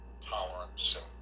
tolerance